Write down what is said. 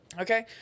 Okay